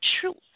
truth